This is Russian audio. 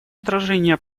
отражение